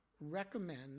recommend